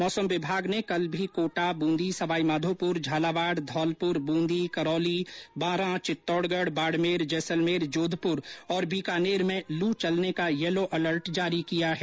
मौसम विभाग ने कल भी कोटा ब्रंदी सवाईमाघोपुर झालावाड़ धौलपुर ब्रंदी करौली बारा चित्तौडगढ़ बाड़मेर जैसलमेर जोधपुर तथा बीकानेर में लू चलने का येलो अलर्ट जारी केकया है